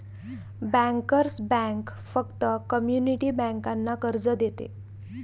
bankers bank फक्त community बँकांना कर्ज देते